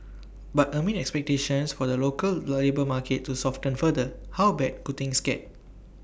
but amid expectations for the local labour market to soften further how bad could things get